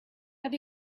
have